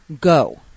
Go